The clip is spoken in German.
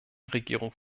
regierung